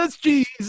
Jesus